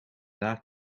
daar